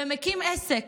ומקים עסק.